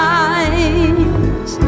eyes